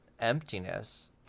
emptiness